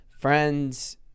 friends